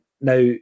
Now